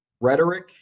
rhetoric